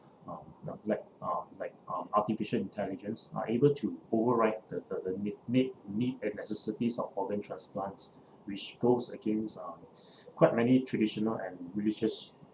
um like like uh like uh artificial intelligence are able to override the the the need need need and necessities of organ transplants which goes against uh quite many traditional and religious